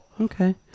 Okay